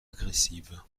agressive